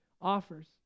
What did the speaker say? offers